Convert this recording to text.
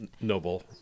noble